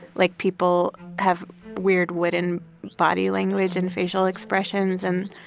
like people have weird wooden body language and facial expressions. and,